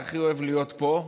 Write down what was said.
אתה הכי אוהב להיות פה,